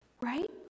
right